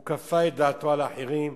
הוא כפה את דעתו על אחרים.